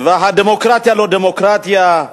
והדמוקרטיה לא דמוקרטיה.